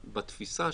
בתפיסה,